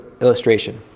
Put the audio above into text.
illustration